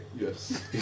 Yes